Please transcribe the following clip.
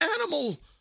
animal